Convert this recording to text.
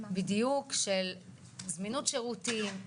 בדיוק של זמינות שירותים,